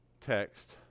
text